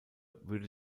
würde